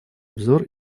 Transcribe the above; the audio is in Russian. обзор